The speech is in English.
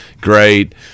Great